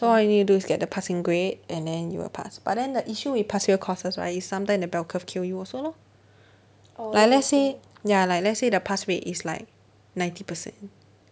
all you need to do is get the passing grade and then you will pass but then the issue with pass fail courses is that sometimes the bell curve kill you lor ya let's say ya let's say the pass rate is like ninety percent